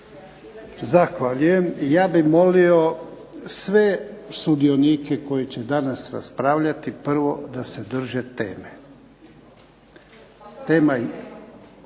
Zahvaljujem. I ja bih molio sve sudionike koji će danas raspravljati prvo da se drže teme.